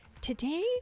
Today